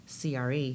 CRE